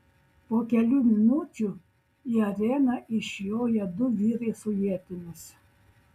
po kelių minučių į areną išjoja du vyrai su ietimis